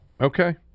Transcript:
Okay